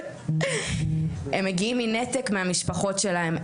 הם מגיעים מנתק מהמשפחות שלהם.